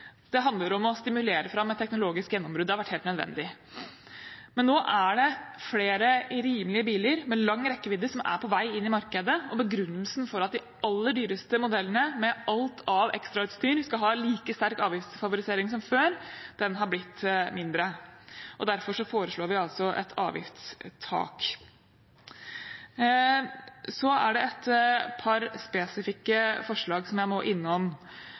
Det handler om å stimulere fram et teknologisk gjennombrudd. Det har vært helt nødvendig. Men nå er det flere rimelige biler med lang rekkevidde som er på vei inn i markedet, og begrunnelsen for at de aller dyreste modellene med alt av ekstrautstyr skal ha like sterk avgiftsfavorisering som før, er blitt mindre. Derfor foreslår vi et avgiftstak. Så er det et par spesifikke forslag som jeg må innom.